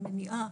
אין מניעה,